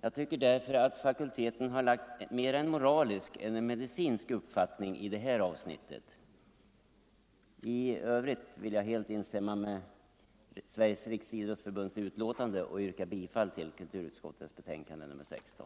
Jag tycker därför att fakulteten har lagt mera en moralisk än en medicinsk uppfattning i det här avsnittet. I övrigt instämmer jag helt i Sveriges riksidrottsförbunds utlåtande och yrkar bifall till kulturkutskottets hemställan i betänkande nr 16.